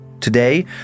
Today